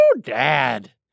dad